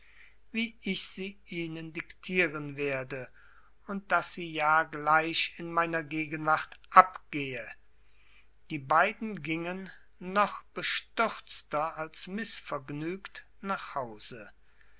wie ich sie ihnen diktieren werde und daß sie ja gleich in meiner gegenwart abgehe die beiden gingen noch bestürzter als mißvergnügt nach hause